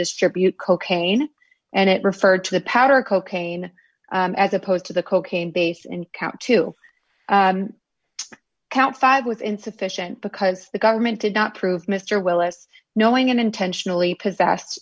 distribute cocaine and it referred to the powder cocaine as opposed to the cocaine base and count to count five with insufficient because the government did not prove mr willis knowing and intentionally possessed